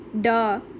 Duh